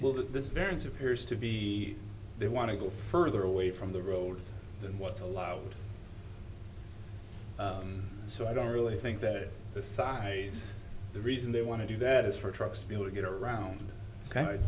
that this variance appears to be they want to go further away from the road than what's allowed so i don't really think that the side the reason they want to do that is for trucks to be able to get around